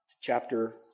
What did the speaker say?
Chapter